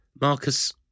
Marcus